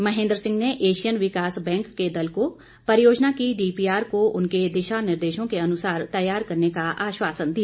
महेंद्र सिंह ने एशियन विकास बैंक के दल को परियोजना की डीपीआर को उनके दिशा निर्देशों के अनुसार तैयार करने का आश्वासन दिया